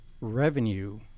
Revenue